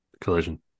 Collision